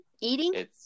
eating